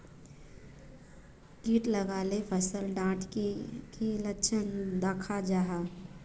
किट लगाले फसल डात की की लक्षण दखा जहा?